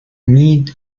mead